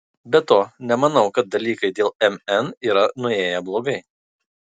be to nemanau kad dalykai dėl mn yra nuėję blogai